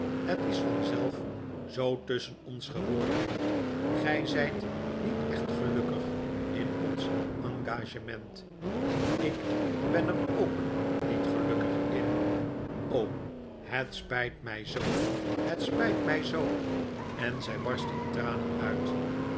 het is vanzelf zoo tusschen ons geworden gij zyt niet echt gelukkig in ons engagement ik ben er ook nietgelukkig in het spijt my zoo het spyt mij zoo t en zy barstte in tranen uit